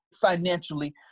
financially